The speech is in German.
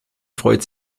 freut